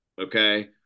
okay